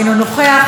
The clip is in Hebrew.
אינו נוכח,